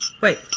Wait